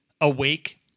awake